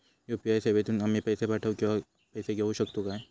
UPI सेवेतून आम्ही पैसे पाठव किंवा पैसे घेऊ शकतू काय?